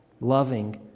Loving